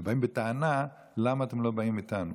הם באים בטענה: למה אתם לא באים איתנו?